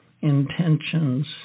intentions